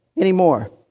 anymore